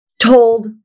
told